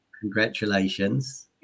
congratulations